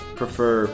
prefer